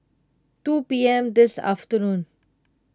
two P M this afternoon